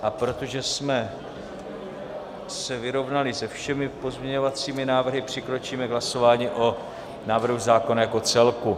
A protože jsme se vyrovnali se všemi pozměňovacími návrhy, přikročíme k hlasování o návrhu zákona jako celku.